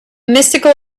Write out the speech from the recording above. mystical